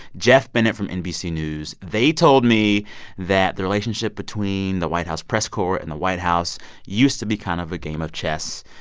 geoff bennett from nbc news. they told me that the relationship between the white house press corps and the white house used to be kind of a game of chess.